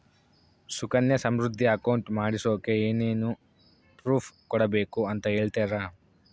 Sukanya Samriddhi account ಮಾಡಿಸೋಕೆ ಏನೇನು proof ಕೊಡಬೇಕು ಅಂತ ಹೇಳ್ತೇರಾ?